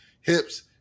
hips